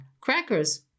Crackers